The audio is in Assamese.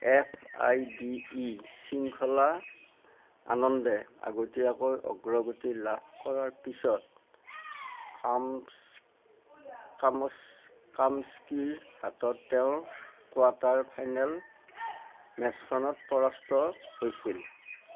এফ আই ডি ই শৃংখলাত আনন্দে আগতীয়াকৈ অগ্ৰগতি লাভ কৰাৰ পিছত কামস্কিৰ হাতত তেওঁৰ কোৱাৰ্টাৰ ফাইনেল মেচখনত পৰাস্ত হৈছিল